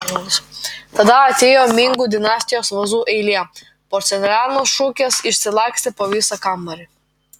tada atėjo mingų dinastijos vazų eilė porceliano šukės išsilakstė po visą kambarį